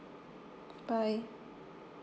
bye